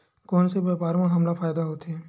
कोन से व्यापार म हमला फ़ायदा होथे?